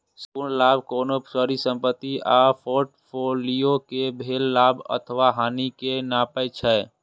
संपूर्ण लाभ कोनो परिसंपत्ति आ फोर्टफोलियो कें भेल लाभ अथवा हानि कें नापै छै